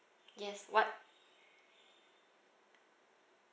yes what